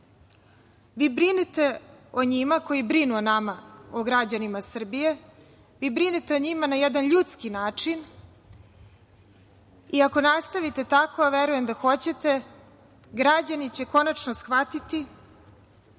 Brinete o njima koji brinu o nama, o građanima Srbije, brinete o njima na jedan ljudski način i ako nastavite tako, a verujem da hoćete, građani će konačno shvatiti